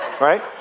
Right